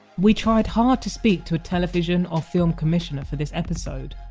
we tried hard to speak to a television or film commissioner for this episode.